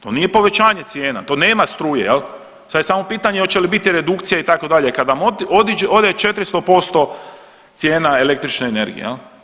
To nije povećanje cijena, to nema struje, sad je samo pitanje hoće li biti redukcija itd., kad vam ode 400% cijena električne energije.